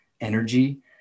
energy